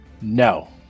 No